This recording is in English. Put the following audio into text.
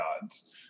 gods